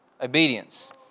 obedience